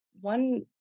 One